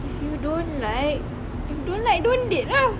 if you don't like if don't like don't date ah